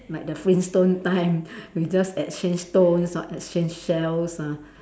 like the flint stone time we just exchange stones or exchange shells ah